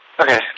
Okay